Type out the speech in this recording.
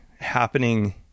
happening